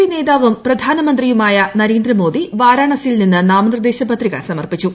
P നേതാവും പ്രധാനമന്ത്രിയുമായ നരേന്ദ്രമോദി വാരാണസിയിൽ നിന്ന് നാമനിർദ്ദേശ പത്രിക സമർപ്പിച്ചു